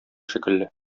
шикелле